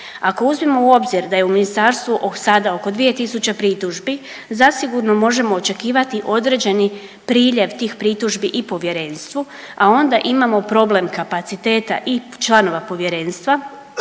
Ako uzmemo u obzir da je u Ministarstvo sada oko 2000 tisuće pritužbi, zasigurno možemo očekivati određeni priljev tih pritužbi i Povjerenstvu, a onda imamo problem kapaciteta i članova Povjerenstva